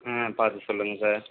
ம் பார்த்து சொல்லுங்கள் சார்